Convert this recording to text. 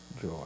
joy